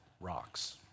rocks